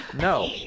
No